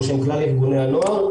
בשם ארגוני הנוער,